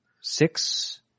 six